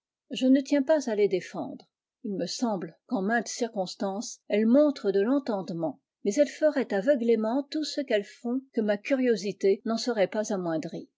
je ne tiens pas à les défendre il me semble qu'en maintes circonstances elles montrent de l'entendement mais elles feraient aveuglément tout ce qu'elles font que ma curiosité n'en serait pas amoindrie